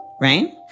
right